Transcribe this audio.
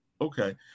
okay